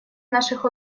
наших